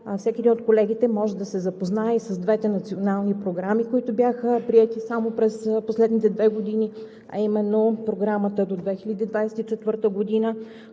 всеки един от колегите може да се запознае и с двете национални програми, които бяха приети само през последните две години, а именно програмата до 2024 г. за